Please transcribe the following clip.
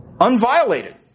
unviolated